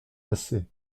assez